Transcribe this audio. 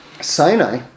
Sinai